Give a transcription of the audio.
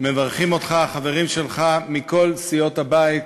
מברכים אותך החברים שלך מכל סיעות הבית